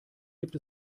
gibt